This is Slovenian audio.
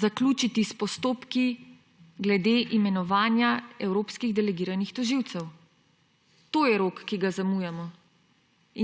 zaključiti s postopki glede imenovanja evropskih delegiranih tožilcev. To je rok, ki ga zamujamo,